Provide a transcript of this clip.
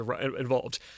involved